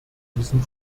diesem